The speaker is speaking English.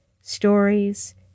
stories